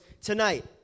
tonight